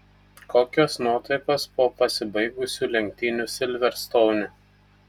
kokios nuotaikos po pasibaigusių lenktynių silverstoune